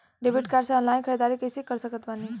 Debit card से online ख़रीदारी कैसे कर सकत बानी?